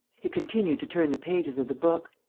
he continued to turn the pages of the book.